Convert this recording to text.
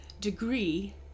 degree